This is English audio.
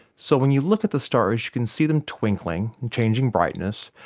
so when you look at the stars you can see them twinkling and changing brightness,